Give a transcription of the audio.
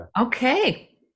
Okay